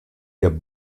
der